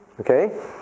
Okay